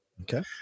Okay